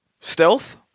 stealth